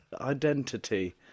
identity